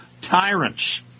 tyrants